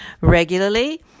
regularly